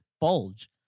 bulge